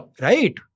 Right